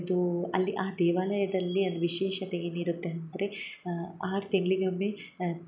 ಇದು ಅಲ್ಲಿ ಆ ದೇವಾಲಯದಲ್ಲಿ ಅದು ವಿಶೇಷತೆ ಏನು ಇರುತ್ತೆ ಅಂದರೆ ಆರು ತಿಂಗ್ಳಿಗೆ ಒಮ್ಮೆ